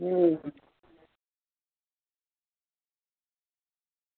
હમ